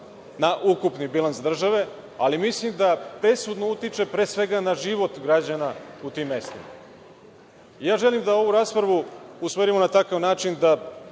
na ukupni bilans države, ali mislim da presudno utiče pre svega na život građana u tim mestima. Želim da ovu raspravu usmerimo na takav način da